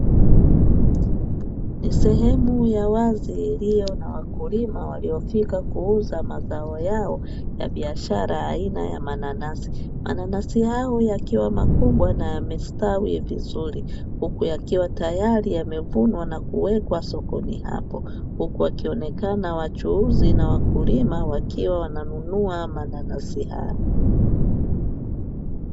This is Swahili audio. Sehemu ya wazi iliyo na wakulima waliofika kuuza mazao yao ya biashara aina ya mananasi. Mananasi hayo yakiwa makubwa na yamestawi vizuri huku tayari yakiwa yamevunwa na kuwekwa sokoni hapo, huku wakionekana wachuuzi na wakulima wakiwa wananunua mananasi hayo.